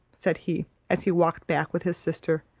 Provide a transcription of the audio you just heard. said he, as he walked back with his sister.